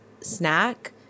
snack